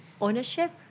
ownership